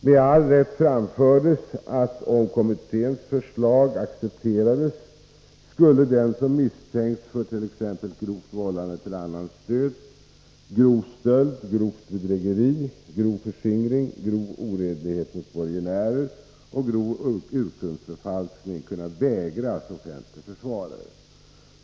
Med all rätt framfördes, att om kommitténs förslag accepterades, skulle den som misstänks för t.ex. grovt vållande till annans död, grov stöld, grovt bedrägeri, grov förskringring, grov oredlighet mot borgenärer och grov urkundsförfalskning kunna vägras offentlig försvarare.